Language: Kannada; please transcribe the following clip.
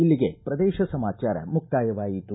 ಇಲ್ಲಿಗೆ ಪ್ರದೇಶ ಸಮಾಚಾರ ಮುಕ್ತಾಯವಾಯಿತು